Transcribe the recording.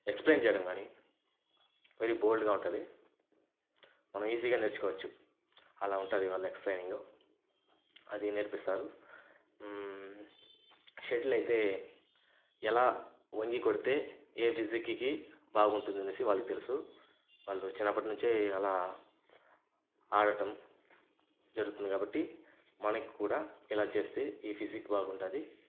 explain చేయడం కానీ very బోర్డ్గా ఉంటుంది మనం ఈజీగా నేర్చుకోవచ్చు అలా ఉంటుంది వాళ్ళ ఎక్స్ప్లయినింగు అది నేర్పిస్తారు షటిల్ అయితే ఎలా వంగి కొడితే ఏ ఫిజిక్కి బాగుంటుందని వాళ్లకి తెలుసు వాళ్లు చిన్నప్పటినుంచి అలా ఆడటం జరుగుతుంది కాబట్టి మనకి కూడా ఇలా చేస్తే ఈ ఫిజిక్ బాగుంటుంది